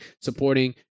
supporting